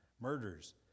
murders